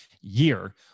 year